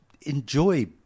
enjoy